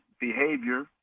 behavior